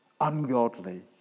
ungodly